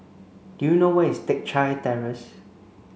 do you know where is Teck Chye Terrace